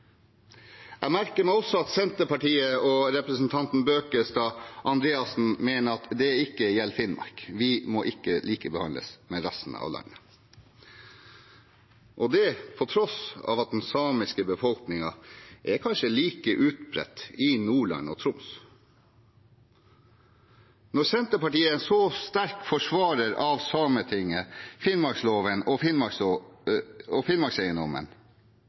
Jeg merker meg også at Senterpartiet og representanten Bøkestad Andreassen mener at det ikke gjelder Finnmark – vi må ikke likebehandles med resten av landet – og det på tross av at den samiske befolkningen kanskje er like utbredt i Nordland og Troms. Når Senterpartiet er en så sterk forsvarer av Sametinget, Finnmarksloven og Finnmarkseiendommen, framstår det veldig hult og